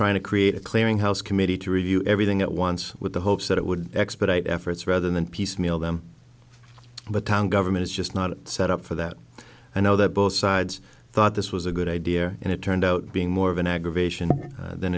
trying to create a clearing house committee to review everything at once with the hopes that it would expedite efforts rather than piecemeal them but town government is just not set up for that i know that both sides thought this was a good idea and it turned out being more of an aggravation than